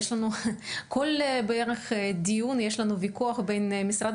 כל דיון בערך יש לנו ויכוח בין משרד